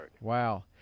Wow